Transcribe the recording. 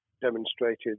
demonstrated